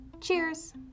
Cheers